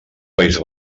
país